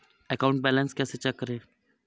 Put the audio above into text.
Account balance कैसे check करें?